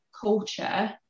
culture